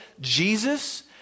Jesus